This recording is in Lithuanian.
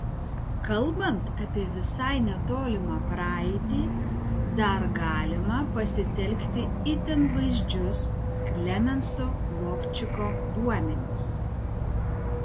kalbant apie visai netolimą praeitį dar galima pasitelkti itin vaizdžius klemenso lovčiko duomenis